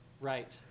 Right